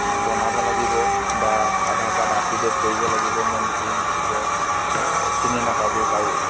বনাব লাগিব বা Aadhaar card up to date কৰিব লাগিব মই নিজেই নিশ্চিত চিনি নাপাবও পাৰো